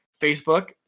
Facebook